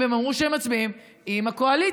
מצביעים, והם אמרו שהם מצביעים עם הקואליציה,